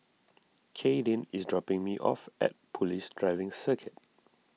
Kadyn is dropping me off at Police Driving Circuit